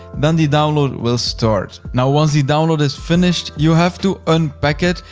then the download will start. now, once the download is finished, you have to unpack it,